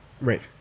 Right